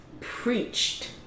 preached